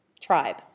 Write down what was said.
tribe